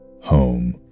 Home